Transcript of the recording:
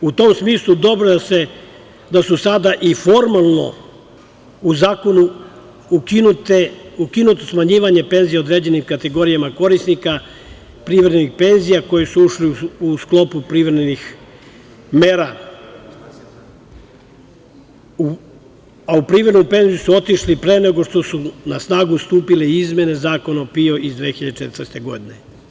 U tom smislu dobro je da je sada i formalno u zakonu ukinuto smanjivanje penzija određenim kategorijama korisnika prevremenih penzija koje su ušle u sklopu privremenih mera, a u prevremenu penziju su otišli pre nego što su na snagu stupile izmene zakona o PIO iz 2014. godine.